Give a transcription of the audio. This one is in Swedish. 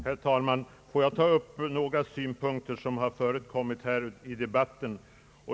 Herr talman! Låt mig ta upp några synpunkter som framförts i debatten.